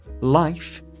life